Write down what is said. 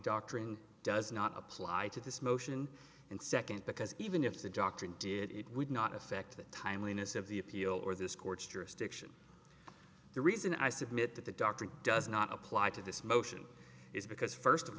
doctrine does not apply to this motion and second because even if the doctrine did it would not affect the timeliness of the appeal or this court's jurisdiction the reason i submit that the doctor does not apply to this motion is because first of